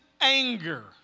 anger